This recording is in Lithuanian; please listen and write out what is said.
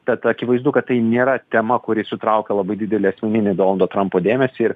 tad akivaizdu kad tai nėra tema kuri sutraukia labai didelį asmeninį donaldo trampo dėmesį ir